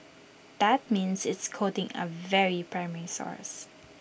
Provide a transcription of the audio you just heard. that means it's quoting A very primary source